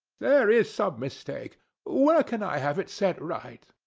there is some mistake where can i have it set right?